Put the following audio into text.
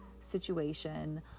situation